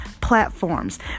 platforms